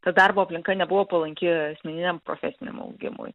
ta darbo aplinka nebuvo palanki asmeniniam profesiniam augimui